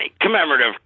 commemorative